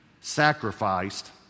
sacrificed